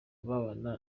babana